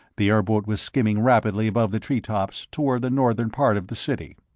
the airboat was skimming rapidly above the treetops, toward the northern part of the city.